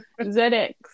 ZX